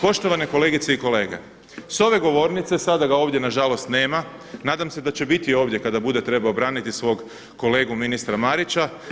Poštovane kolegice i kolege, sa ove govornice sada ga ovdje na žalost nema, nadam se da će biti ovdje kada bude trebao braniti svog kolegu ministra Marića.